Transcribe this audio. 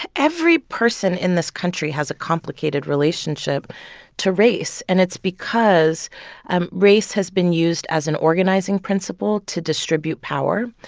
every person in this country has a complicated relationship to race. and it's because and race has been used as an organizing principle to distribute power,